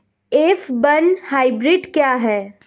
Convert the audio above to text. F one hybrid क्या है?